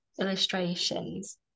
illustrations